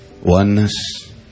oneness